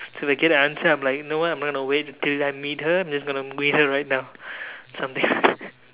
so if I get an answer I'm like no way I'm gonna wait till I meet her I'm just gonna meet her right now something like that